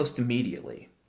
Immediately